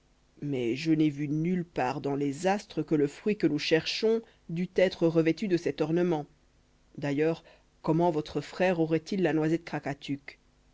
mais je n'ai vu nulle part dans les astres que le fruit que nous cherchons dût être revêtu de cet ornement d'ailleurs comment votre frère aurait-il la noisette